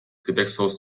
gewächshaus